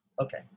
Okay